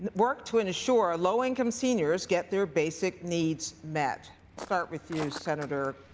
but work to ensure low-income seniors get their basic needs met? start with you, senator